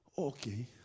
Okay